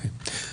אוקיי.